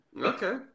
okay